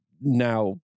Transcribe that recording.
now